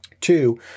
Two